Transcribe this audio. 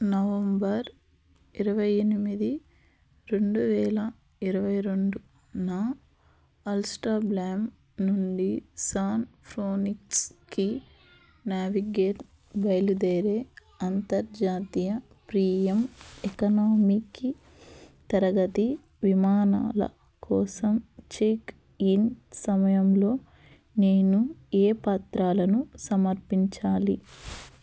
November ఇరవై ఎనిమిది రెండు వేల ఇరువై రెండు నా అల్స్ట్రాబ్లామ్ నుండి సాన్ఫ్రోనిక్స్కి నావిగేట్ బయలుదేరే అంతర్జాతీయ ప్రీమియం ఎకనామికి తరగతి విమానాల కోసం చెక్ఇన్ సమయంలో నేను ఏ పత్రాలను సమర్పించాలి